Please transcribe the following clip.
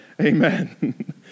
amen